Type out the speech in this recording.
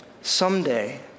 someday